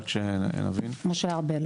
משה ארבל.